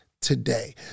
today